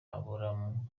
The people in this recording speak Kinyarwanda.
aburahamu